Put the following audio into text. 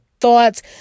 thoughts